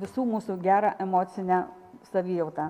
visų mūsų gerą emocinę savijautą